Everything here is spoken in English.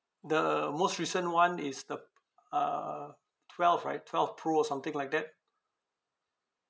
the most recent one is the uh twelve right twelve pro or something like that